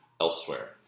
elsewhere